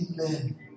Amen